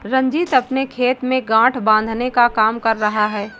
रंजीत अपने खेत में गांठ बांधने का काम कर रहा है